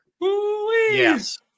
Yes